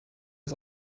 ist